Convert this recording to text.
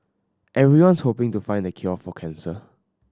everyone's hoping to find the cure for cancer